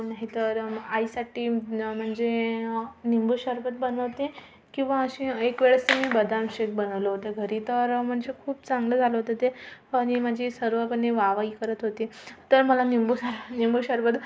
नाही तर आईसाठी ना म्हणजे निंबू शरबत बनवते किंवा असे एक वेळेस मी बदाम शेक बनवलं होतं घरी तर म्हणजे खूप चांगलं झालं होतं ते फनी म्हणजे सर्वपणी वा वा ही करत होते तर मला निंबू सरब लिंबू शरबत